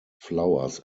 flowers